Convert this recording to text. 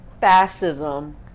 fascism